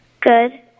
Good